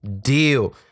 deal